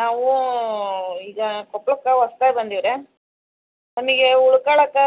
ನಾವು ಈಗ ಕೊಪ್ಪಳಕ್ಕೆ ಹೊಸ್ದಾಗಿ ಬಂದೀವಿ ರೀ ನಮಗೆ ಉಳ್ಕಳ್ಳೋಕೆ